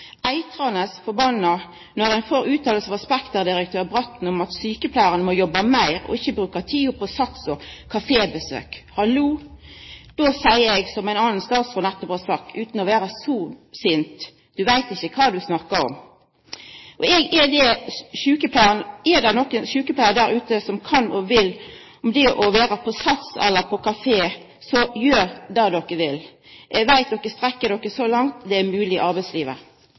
eitrande forbanna når ein får utsegn frå Spekter-direktør Bratten om at sjukepleiarane må arbeida meir og ikkje bruka tida på SATS og kafébesøk. Hallo! Då seier eg som ein annan statsråd nettopp har sagt – utan å vera så sint: Du veit ikkje kva du snakkar om! Er det nokon sjukepleiarar der ute som kan og vil vera på SATS eller på kafé, så gjer som de vil! Eg veit at de strekkjer dykk så langt som det er mogleg i arbeidslivet.